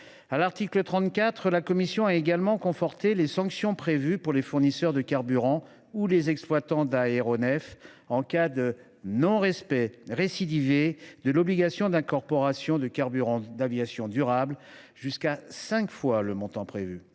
À l’article 34, la commission a également conforté les sanctions prévues pour les fournisseurs de carburants ou les exploitants d’aéronefs en cas de non respect à répétition de l’obligation d’incorporation de carburants d’aviation durables, en portant ces